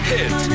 Hit